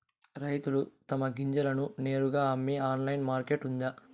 రైతులు తమ గింజలను నేరుగా అమ్మే ఆన్లైన్ మార్కెట్ ఉందా?